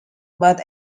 but